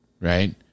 right